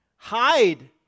Hide